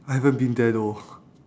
I haven't been there though